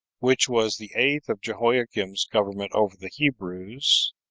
which was the eighth of jehoiakim's government over the hebrews,